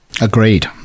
Agreed